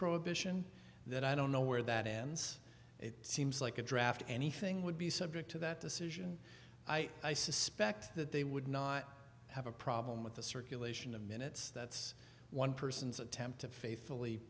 prohibition that i don't know where that ends it seems like a draft anything would be subject to that decision i suspect that they would not have a problem with the circulation of minutes that's one person's attempt to faithfully